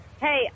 Hey